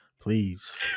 please